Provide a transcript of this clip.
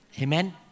Amen